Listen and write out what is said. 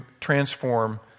transform